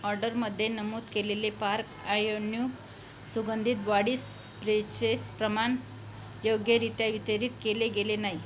ऑर्डरमध्ये नमूद केलेले पार्क आयोन्नू सुगंधी बॉडी स्प्रेचे प्रमाण योग्यरित्या वितरित केले गेले नाही